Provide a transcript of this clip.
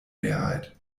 mehrheit